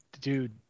dude